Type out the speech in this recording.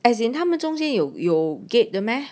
as in 他们中心有有 gate 的 meh